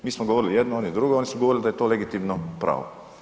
Mi smo govorili jedno, oni drugi, oni su govorili da je to legitimno pravo.